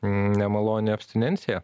nemaloni abstinencija